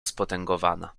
spotęgowana